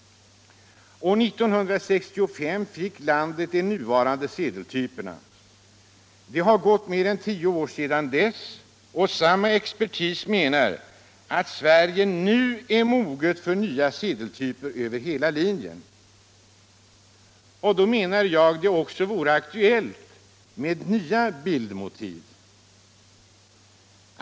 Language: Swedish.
År 1965 fick landet de nuvarande sedeltyperna. Det har gått mer än tio år sedan dess, och samma expertis menar att Sverige nu är moget för nya sedeltyper över hela linjen. Då menar jag att det också vore aktuellt med nya bildmotiv.